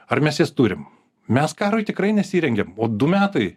ar mes jas turim mes karui tikrai nesirengiam o du metai